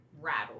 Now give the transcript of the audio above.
rattle